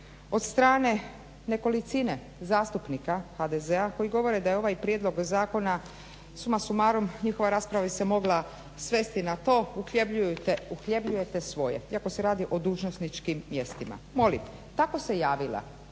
od strane nekolicine zastupnika HDZ-a govore da je ovaj prijedlog zakona suma sumarum, njihova rasprava bi se mogla svesti na to uhljebljujete svoje, iako se radi o dužnosničkim mjestima. Molim, tako se javila